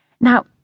Now